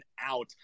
out